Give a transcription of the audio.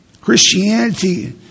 Christianity